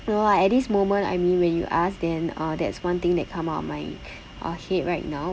no ah at this moment I mean when you ask then uh that's one thing that come out of my uh head right now